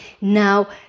Now